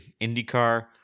IndyCar